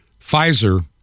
Pfizer